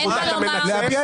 מבין.